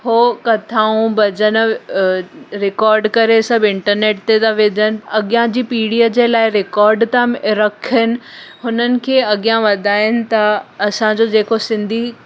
उहो कथाऊं भॼन रिकॉड करे सभु इंटरनेट ते था विझनि अॻियां जी पीढ़ीअ जे लाइ रिकॉड था रखनि हुननि खे अॻियां वधाइनि था असांजो जेको सिंधी